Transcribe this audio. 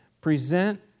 present